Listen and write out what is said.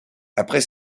après